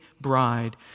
bride